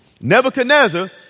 Nebuchadnezzar